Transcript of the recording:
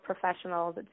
professionals